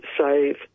save